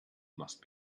must